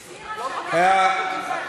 זו קריאת ביניים.